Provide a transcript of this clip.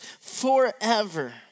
forever